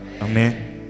Amen